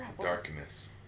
Darkness